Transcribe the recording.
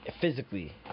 physically